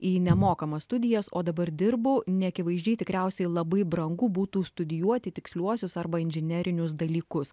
į nemokamas studijas o dabar dirbu neakivaizdžiai tikriausiai labai brangu būtų studijuoti tiksliuosius arba inžinerinius dalykus